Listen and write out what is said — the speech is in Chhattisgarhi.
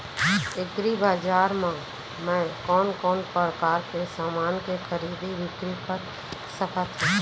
एग्रीबजार मा मैं कोन कोन परकार के समान के खरीदी बिक्री कर सकत हव?